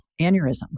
aneurysm